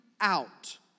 out